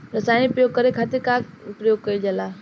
रसायनिक प्रयोग करे खातिर का उपयोग कईल जाइ?